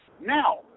Now